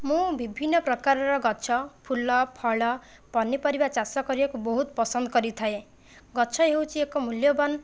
ମୁଁ ବିଭିନ୍ନ ପ୍ରକାରର ଗଛ ଫୁଲ ଫଳ ପନିପରିବା ଚାଷ କରିବାକୁ ବହୁତ ପସନ୍ଦ କରିଥାଏ ଗଛ ହେଉଛି ଏକ ମୂଲ୍ୟବାନ